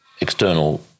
external